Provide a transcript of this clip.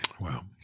Wow